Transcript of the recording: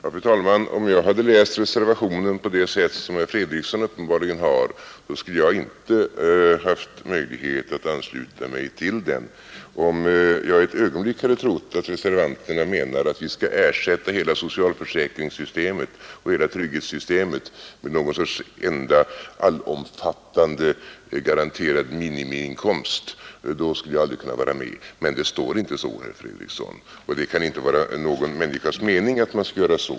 Fru talman! Om jag hade läst reservationen på det sätt som herr Fredriksson uppenbarligen har skulle jag inte ha haft möjlighet att ansluta mig till den. Om jag ett ögonblick hade trott att reservanterna ville att vi skall ersätta hela socialförsäkringssystemet och hela trygghetssystemet med en enda allomfattande garanterad minimiinkomst skulle jag aldrig ha kunnat vara med om det. Men det står inte så, herr Fredriksson, och det kan inte vara någon människas mening att göra så.